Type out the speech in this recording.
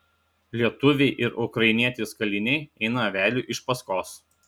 lietuviai ir ukrainietis kaliniai eina vedliui iš paskos